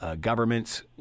governments